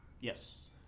Yes